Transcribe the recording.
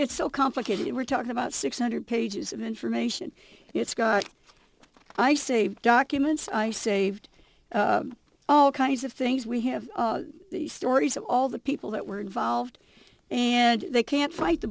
it's so complicated we're talking about six hundred pages of information it's got i saved documents i saved all kinds of things we have the stories of all the people that were involved and they can't fight the